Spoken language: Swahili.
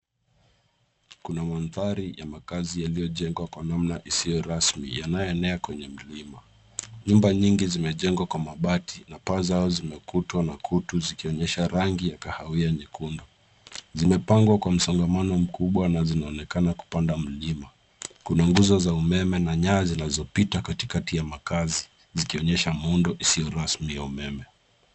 Kuna maanthari ya makazi iliyojengwa kwa namna isiyo rasm,i yanayoenea kwenye mlima. Nyumba nyingi zimejengwa kwa mabati na mbao zao zimekutwa na kutu zikionyesha rangi ya kahawia nyekundu. Zimepangwa kwa msongamano mkubwa na zinaonekana kupanda milima. Kuna nguzo za umeme na nyaya zinazopita katikati ya makazi, zikionyesha muundo usio rasmi wa umeme.